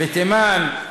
בתימן,